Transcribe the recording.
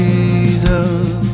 Jesus